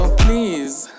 please